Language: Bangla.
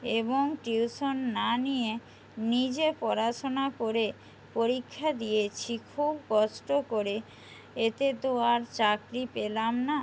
এবং টিউশন না নিয়ে নিজে পড়াশোনা করে পরীক্ষা দিয়েছি খুব কষ্ট করে এতে তো আর চাকরি পেলাম না